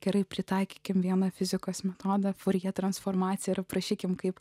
gerai pritaikykime vieną fizikos metodą furjė transformacija ir prašykime kaip